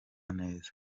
neza